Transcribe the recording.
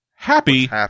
Happy